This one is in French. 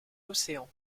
l’océan